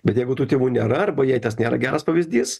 bet jeigu tų tėvų nėra arba jei tas nėra geras pavyzdys